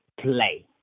play